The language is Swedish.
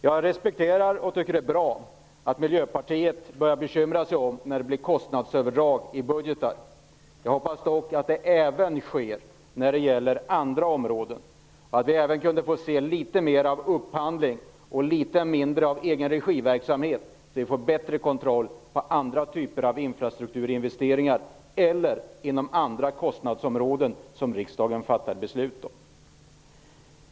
Jag respekterar och tycker att det är bra att Miljöpartiet börjar bekymra sig om när det blir kostnadsöverdrag i budgetar. Jag hoppas dock att det även sker när det gäller andra områden och att vi kunde få se litet mer av upphandling och litet mindre av egenregi-verksamhet så att vi får bättre kontroll på andra typer av infrastrukturinvesteringar eller inom andra kostnadsområden som riksdagen fattar beslut om.